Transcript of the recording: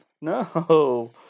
No